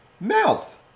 mouth